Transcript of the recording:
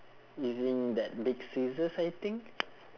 using that big scissors I think